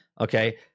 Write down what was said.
okay